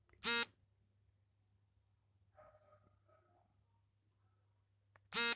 ವೈಯಕ್ತಿಕ ಸಾಲ ಪಡೆಯುವುದನ್ನು ಇಂಡಿವಿಜುವಲ್ ಬಾರೋ ಅಂತಾರೆ